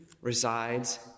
resides